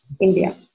India